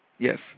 Yes